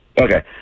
Okay